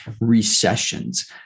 recessions